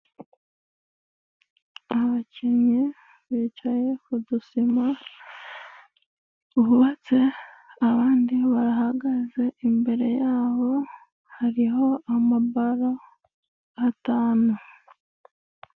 Abakinnyi bicaye ku dusima bubatse, abandi barahagaze. Imbere yaho hariho amabaro atanu.